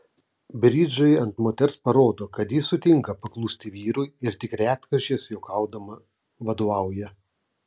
bridžai ant moters parodo kad ji sutinka paklusti vyrui ir tik retkarčiais juokaudama vadovauja